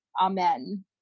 Amen